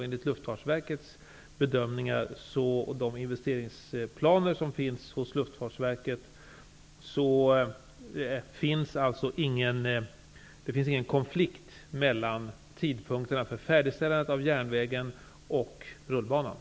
Enligt Luftfartsverkets investeringsplaner finns det ingen konflikt mellan tidpunkterna för färdigställandet av järnvägen och av rullbanan.